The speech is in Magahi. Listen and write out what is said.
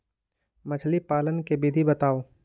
मछली पालन के विधि बताऊँ?